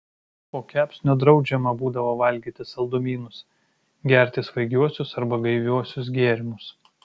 po kepsnio draudžiama būdavo valgyti saldumynus gerti svaigiuosius arba gaiviuosius gėrimus